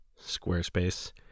Squarespace